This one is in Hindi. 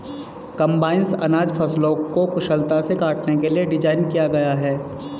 कम्बाइनस अनाज फसलों को कुशलता से काटने के लिए डिज़ाइन किया गया है